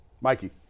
Mikey